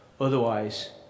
Otherwise